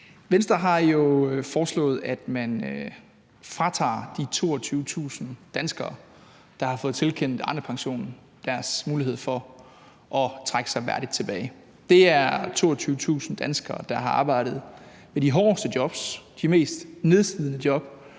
Venstre har jo foreslået, at man fratager de 22.000 danskere, der har fået tilkendt Arnepensionen, deres mulighed for at trække sig værdigt tilbage. Det er 22.000 danskere, der har arbejdet med de hårdeste jobs og de mest nedslidende jobs,